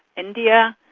india,